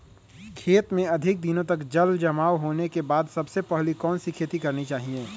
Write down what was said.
खेत में अधिक दिनों तक जल जमाओ होने के बाद सबसे पहली कौन सी खेती करनी चाहिए?